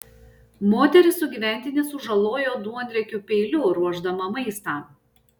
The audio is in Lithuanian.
moteris sugyventinį sužalojo duonriekiu peiliu ruošdama maistą